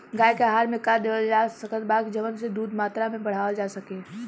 गाय के आहार मे का देवल जा सकत बा जवन से दूध के मात्रा बढ़ावल जा सके?